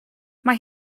mae